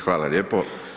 Hvala lijepo.